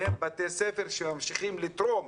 והם בתי ספר שממשיכים לתרום,